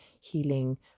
healing